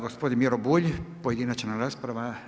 Gospodin Miro Bulj, pojedinačna rasprava.